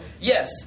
yes